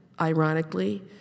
ironically